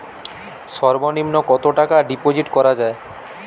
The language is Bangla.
সর্ব নিম্ন কতটাকা ডিপোজিট করা য়ায়?